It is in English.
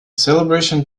celebration